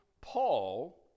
Paul